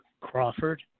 Crawford